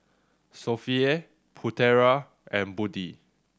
Sofea Putera and Budi